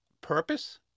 purpose